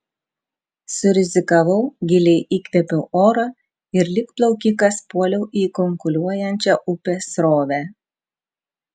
surizikavau giliai įkvėpiau oro ir lyg plaukikas puoliau į kunkuliuojančią upės srovę